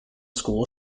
school